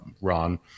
Ron